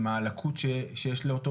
ומה הלקות שיש לאותו